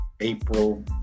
April